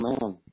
man